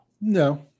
No